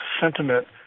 sentiment